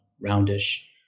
roundish